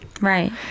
right